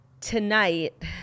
tonight